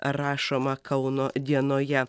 rašoma kauno dienoje